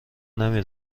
نمی